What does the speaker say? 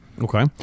Okay